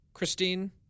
Christine